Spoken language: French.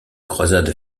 croisades